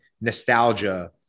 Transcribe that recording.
nostalgia